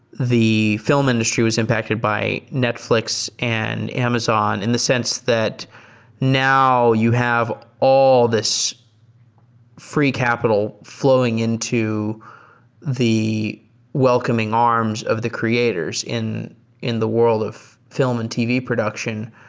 the fi lm industry was impacted by netfl ix and amazon in the sense that now you have all this free capital fl owing into the welcoming arms of the creators in in the world of fi lm and tv production?